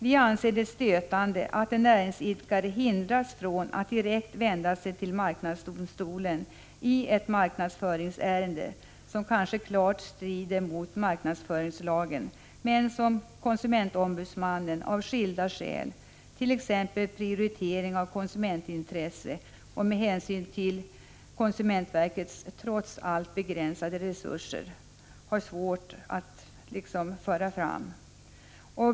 Vi anser det stötande att en näringsidkare hindras från att direkt vända sig till marknadsdomstolen i ett marknadsföringsärende som kanske klart strider mot marknadsföringslagen men som KO av skilda skäl, t.ex. prioritering av konsumentintresse och med hänsyn till konsumentverkets trots allt begränsade resurser, har svårt att föra fram.